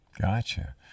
Gotcha